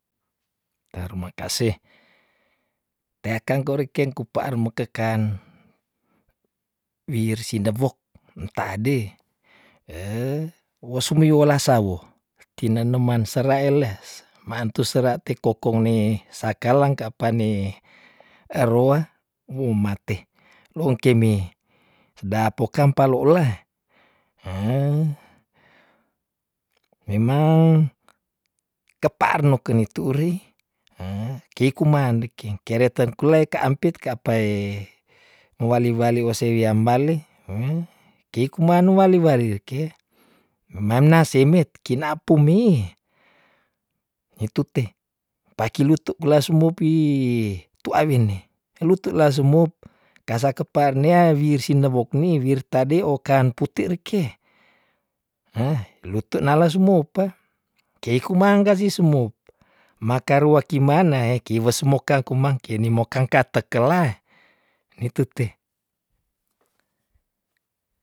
Tarimakase, teakang kwa reken ku par mekekan wir si nebok entadih woh sumewi wolah sawu tineneman serael les ma antu sera te kokong ne sakalang ka pane ero umate, rung keme da pokam palola memang ke par no keni ture "heh" kei kuman deking kere tengkulai ka ampit ka apae mo wali wali wose wiambali kei kuman wali wali reke memana simit kinapung mi, ni tute pakilutu bula sumo pi tuawin ne pelu tula sumop kasa kepar neawir sinewok wir tade oka anputi reke "heh" lute nala sumopa kei kumangga si sumop makarua kimanae kiwe sumoka kumang keni mokang katekela nitute.